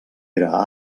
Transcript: era